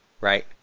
Right